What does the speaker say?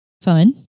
Fun